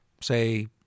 say